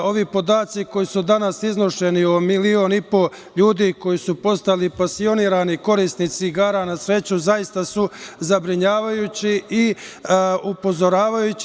Ovi podaci koji su danas iznošeni o milion i po ljudi koji su postali pasionirani korisnici igara na sreću zaista su zabrinjavajući i upozoravajući.